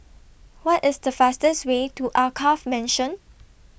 What IS The fastest Way to Alkaff Mansion